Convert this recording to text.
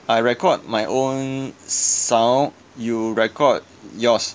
I record my own sound you record yours